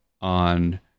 on